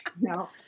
No